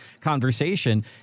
conversation